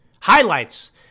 Highlights